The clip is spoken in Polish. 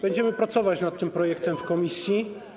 Będziemy pracować nad tym projektem w komisji.